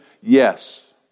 Yes